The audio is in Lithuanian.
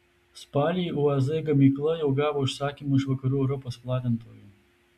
spalį uaz gamykla jau gavo užsakymų iš vakarų europos platintojų